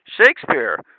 Shakespeare